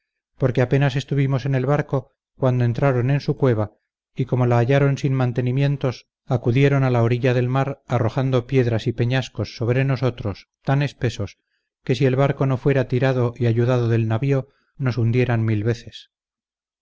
porque apenas estuvimos en el barco cuando entraron en su cueva y como la hallaron sin mantenimientos acudieron a la orilla del mar arrojando piedras y peñascos sobre nosotros tan espesos que si el barco no fuera tirado y ayudado del navío nos hundieran mil veces